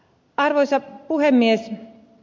arvoisa puhemies